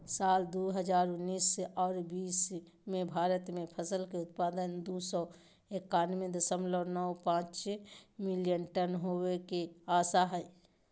साल दू हजार उन्नीस आर बीस मे भारत मे फसल के उत्पादन दू सौ एकयानबे दशमलव नौ पांच मिलियन टन होवे के आशा हय